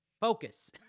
focus